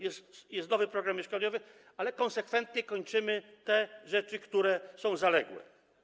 Jest nowy program mieszkaniowy, ale konsekwentnie kończymy te rzeczy, które są zaległe.